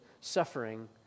suffering